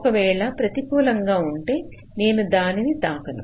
ఒకవేళ ప్రతికూలంగా ఉంటే నేను దానిని తాకను